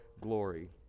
glory